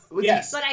Yes